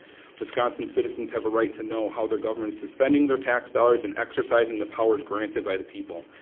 wisconsin's citizens have a right to know how their government is spending their tax dollars and exercising the powers granted by the people.